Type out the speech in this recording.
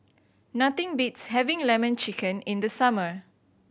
nothing beats having Lemon Chicken in the summer